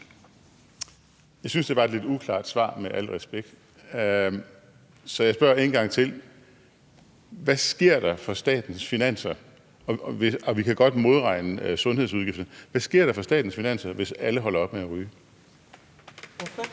Jeg synes, det var et lidt uklart svar – med al respekt – så jeg spørger en gang til: Hvad sker der for statens finanser – og vi kan godt modregne sundhedsudgifterne – hvis alle holder op med at ryge? Kl.